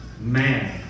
man